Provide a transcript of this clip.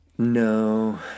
No